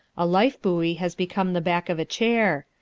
a lifebuoy has become the back of a chair.